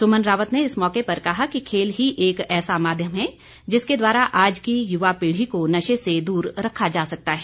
सुमन रावत ने इस मौके पर कहा कि खेल ही एक ऐसा माध्यम है जिसके द्वारा आज की युवा पीढ़ी को नशे से दूर रखा जा सकता है